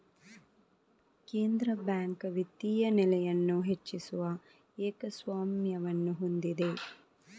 ಕೇಂದ್ರ ಬ್ಯಾಂಕ್ ವಿತ್ತೀಯ ನೆಲೆಯನ್ನು ಹೆಚ್ಚಿಸುವ ಏಕಸ್ವಾಮ್ಯವನ್ನು ಹೊಂದಿದೆ